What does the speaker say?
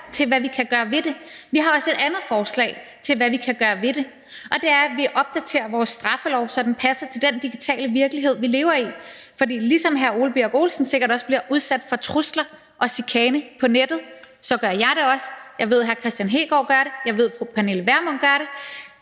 til, hvad vi kan gøre ved det. Vi har også et andet forslag til, hvad vi kan gøre ved det, og det er at opdatere vores straffelov, så den passer til den digitale virkelighed, vi lever i, for ligesom hr. Ole Birk Olesen sikkert bliver udsat for trusler og chikane på nettet, så gør jeg det også; jeg ved, at hr. Kristian Hegaard gør det, jeg ved, at fru Pernille Vermund gør det,